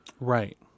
Right